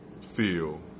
Feel